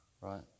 right